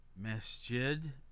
Masjid